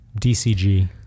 dcg